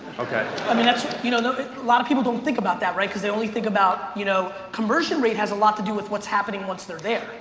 okay. i mean a you know lot of people don't think about that, right? because they only think about you know conversion rate has a lot to do with what's happening once they're there,